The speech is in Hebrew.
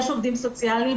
יש עובדים סוציאליים,